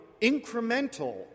incremental